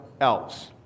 else